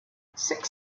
six